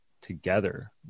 together